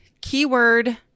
keyword